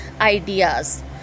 ideas